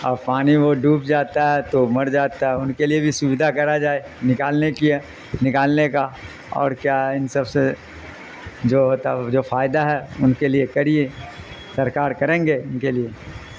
اور پانی وہ ڈوب جاتا ہے تو مر جاتا ہے ان کے لیے بھی سویدھا کرا جائے نکالنے کیے نکالنے کا اور کیا ان سب سے جو مطب جو فائدہ ہے ان کے لیے کریے سرکار کریں گے ان کے لیے